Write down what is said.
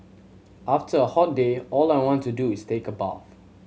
after a hot day all I want to do is take a bath